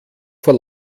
vor